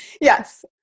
Yes